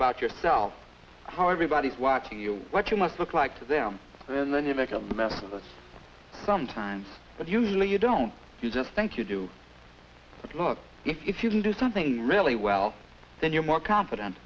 about yourself how everybody is watching you what you must look like to them and then you make a mess of that's sometimes but usually you don't you just thank you do look if you can do something really well then you're more confident